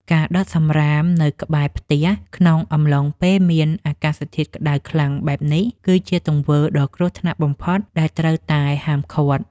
ការដុតសំរាមនៅក្បែរផ្ទះក្នុងអំឡុងពេលមានអាកាសធាតុក្តៅខ្លាំងបែបនេះ គឺជាទង្វើដ៏គ្រោះថ្នាក់បំផុតដែលត្រូវតែហាមឃាត់។